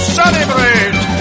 celebrate